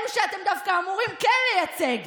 אלה שאתם דווקא אמורים כן לייצג,